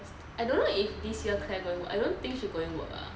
I don't know if this year claire going work I don't think she going work lah